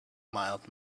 mild